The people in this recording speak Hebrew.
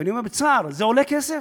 ואני אומר בצער: זה עולה כסף,